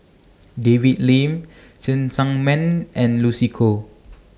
David Lim Cheng Tsang Man and Lucy Koh